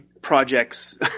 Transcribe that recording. projects